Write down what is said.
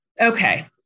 okay